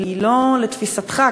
לתפיסתך,